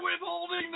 withholding